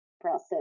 process